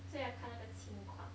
so 要看那个情况